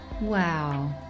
Wow